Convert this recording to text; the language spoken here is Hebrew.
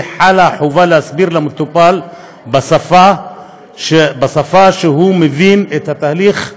חלה החובה להסביר למטופל בשפה שהוא מבין את התהליך,